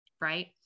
right